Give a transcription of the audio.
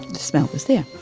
the smell was there